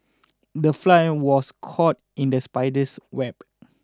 the fly was caught in the spider's web